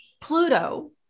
Pluto